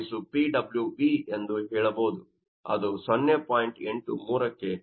83 ಕ್ಕೆ ಸಮಾನವಾಗಿರುತ್ತದೆ